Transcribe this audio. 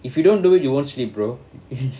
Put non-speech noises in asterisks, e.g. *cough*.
if you don't do it you won't sleep bro *laughs*